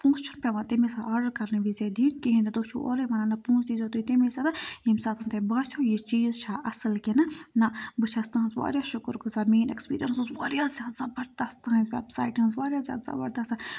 پونٛسہٕ چھُنہٕ پیٚوان تمے ساتہٕ آرڈَر کَرنہٕ وِزِ دِنۍ کِہیٖنۍ نہٕ تُہۍ چھُو اورَے وَنان نہٕ پونٛسہٕ دیٖزیو تُہۍ تیٚمی ساتَن ییٚمہِ ساتَن تۄہہِ باسیو یہِ چیٖز چھا اَصٕل کِنہٕ نہ بہٕ چھَس تُہٕنٛز واریاہ شُکُر گُزار میٛٲنۍ اٮ۪کٕسپیٖریَنٕس اوس واریاہ زیادٕ زَبَردَس تُہٕنٛز وٮ۪بسایٹہِ ہٕنٛز واریاہ زیادٕ زَبَردَسَن